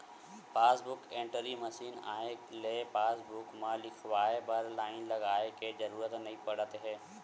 passbook entry machine के आए ले पासबूक म लिखवाए बर लाईन लगाए के जरूरत नइ परत हे